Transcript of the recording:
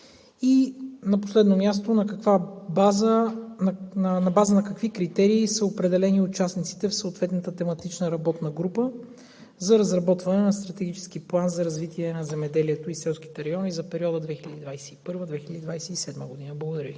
На последно място, на база на какви критерии са определени участниците в съответната тематична работна група за разработване на стратегически план за развитие на земеделието и селските райони за периода 2021 – 2027 г.? Благодаря Ви.